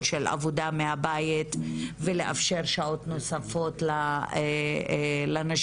של עבודה מהבית ולאפשר שעות נוספות לנשים,